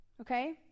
okay